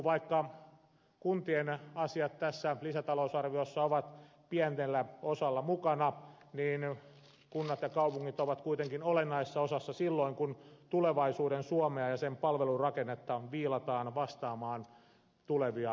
vaikka kuntien asiat tässä lisätalousarviossa ovat pienellä osalla mukana niin kunnat ja kaupungit ovat kuitenkin olennaisessa osassa silloin kun tulevaisuuden suomea ja sen palvelurakennetta viilataan vastaamaan tulevia ikärakenteita